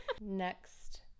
next